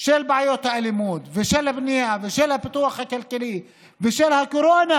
של בעיות האלימות ושל הבנייה ושל הפיתוח הכלכלי ושל הקורונה,